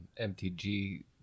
MTG